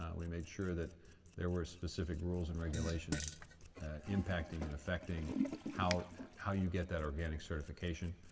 um we made sure that there were specific rules and regulations impacting and affecting how how you get that organic certification.